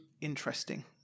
interesting